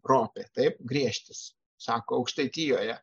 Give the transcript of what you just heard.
ropė taip griežtis sako aukštaitijoje